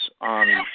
on